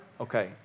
Okay